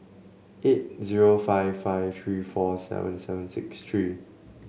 eight zero five five three four seven seven six three